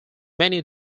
many